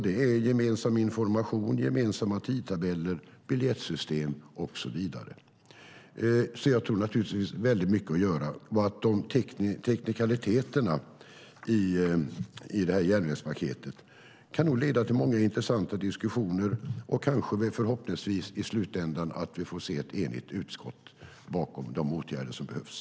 Det är gemensam information, gemensamma tidtabeller, biljettsystem och så vidare. Det finns naturligtvis väldigt mycket att göra. Teknikaliteterna i det här järnvägspaketet kan leda till många intressanta diskussioner, och kanske vi i slutändan, förhoppningsvis, får se ett enigt utskott bakom vilka åtgärder som behövs.